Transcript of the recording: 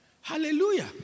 Hallelujah